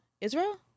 Israel